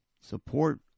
support